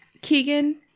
Keegan